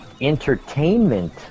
entertainment